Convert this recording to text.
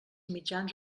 mitjans